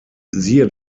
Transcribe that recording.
siehe